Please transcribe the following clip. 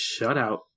shutout